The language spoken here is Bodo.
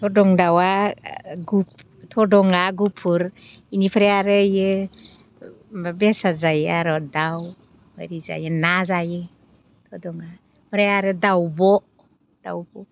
थदं दाउआ थदङा गुफुर इनिफ्राय आरो इयो बेसाद जारो आरो दाउ बायदि जायो ना जायो ओमफ्राय आरो दाउब' दाउब'